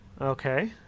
Okay